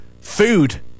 Food